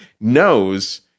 knows